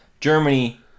Germany